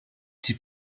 die